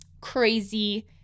crazy